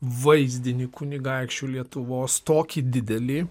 vaizdinį kunigaikščių lietuvos tokį didelį